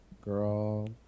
Girl